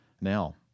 now